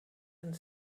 and